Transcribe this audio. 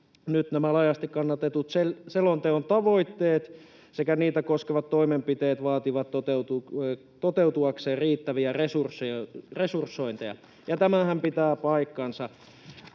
nyt nämä laajasti kannatetut selonteon tavoitteet sekä niitä koskevat toimenpiteet vaativat toteutuakseen riittäviä resursointeja, ja tämähän pitää paikkansa.